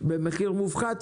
במחיר מופחת,